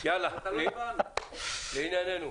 לעניינינו,